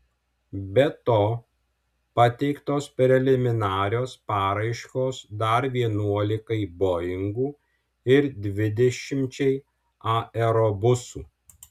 be to pateiktos preliminarios paraiškos dar vienuolikai boingų ir dvidešimčiai aerobusų